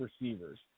receivers